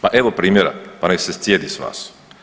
Pa evo primjera pa nek se scijedi s vas.